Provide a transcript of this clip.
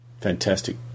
Fantastic